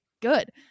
good